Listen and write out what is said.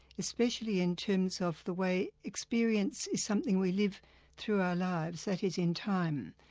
especially in terms of the way experience is something we live through our lives, that is in time.